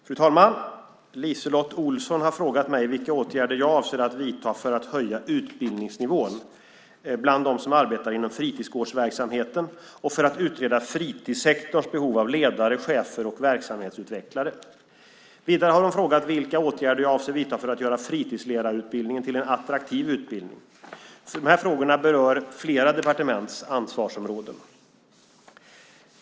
Fru talman! LiseLotte Olsson har frågat mig vilka åtgärder jag avser att vidta för att höja utbildningsnivån bland dem som arbetar inom fritidsgårdsverksamheten och för att utreda fritidssektorns behov av ledare, chefer och verksamhetsutvecklare. Vidare har hon frågat vilka åtgärder jag avser att vidta för att göra fritidsledarutbildningen till en attraktiv utbildning. Frågorna berör flera departements ansvarsområden.